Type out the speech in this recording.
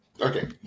Okay